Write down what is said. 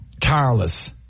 tireless